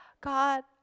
God